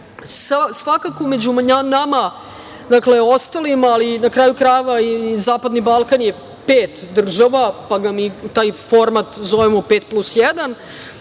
svakako među nama, dakle, ostalima, ali na kraju krajeva i zapadni Balkan je pet država, pa mi taj format zovemo pet plus jedan,